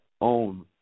own